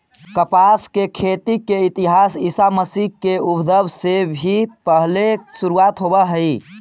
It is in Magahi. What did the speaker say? कपास के खेती के इतिहास ईसा मसीह के उद्भव से भी पहिले शुरू होवऽ हई